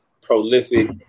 prolific